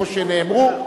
איפה שנאמרו,